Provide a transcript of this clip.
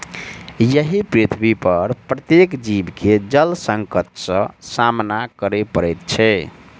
एहि पृथ्वीपर प्रत्येक जीव के जल संकट सॅ सामना करय पड़ैत छै